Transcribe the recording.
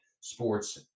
sports